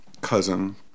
cousin